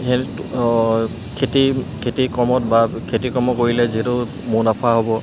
সেতি খেতি খেতি কৰ্মত বা খেতি কৰ্ম কৰিলে যিহেতু মুনাফা হ'ব